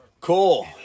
Cool